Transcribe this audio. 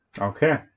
Okay